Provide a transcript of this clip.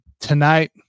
Tonight